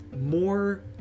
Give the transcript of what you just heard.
more